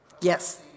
Yes